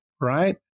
right